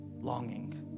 longing